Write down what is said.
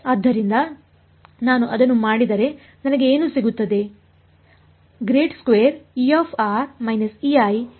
ಆದ್ದರಿಂದ ನಾನು ಅದನ್ನು ಮಾಡಿದರೆ ನನಗೆ ಏನು ಸಿಗುತ್ತದೆ